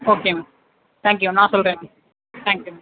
okay ma'am thank you ma'am நான் சொல்லுறேன் ma'am thank you ma'am